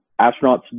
Astronauts